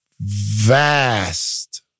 vast